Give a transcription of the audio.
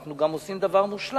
אנחנו גם עושים דבר מושלם,